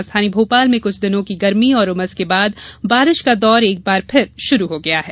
राजधानी भोपाल में कुछ दिनों की गर्मी और उमस के बाद बारिश का दौर एक बार फिर शुरू हो गया है